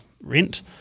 rent